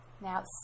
Now